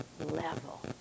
level